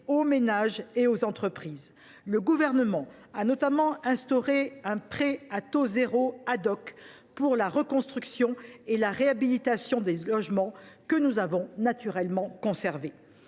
aux ménages et aux entreprises. Le Gouvernement a notamment instauré un prêt à taux zéro pour la reconstruction et la réhabilitation des logements, que nous avons naturellement conservé.